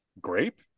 Grape